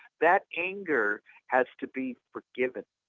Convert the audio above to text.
that anger has to be forgiven.